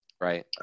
right